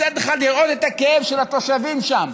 מצד אחד לראות את הכאב של התושבים שם,